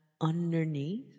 underneath